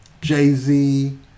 jay-z